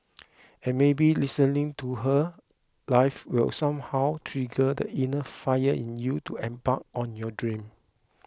and maybe listening to her live will somehow trigger the inner fire in you to embark on your dreams